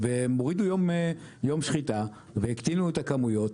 הם הורידו יום שחיטה והקטינו את הכמויות.